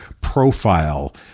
profile